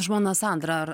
žmona sandra ar